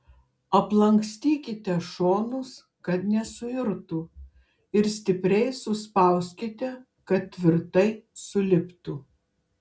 aplankstykite šonus kad nesuirtų ir stipriai suspauskite kad tvirtai suliptų